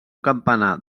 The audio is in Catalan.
campanar